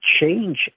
change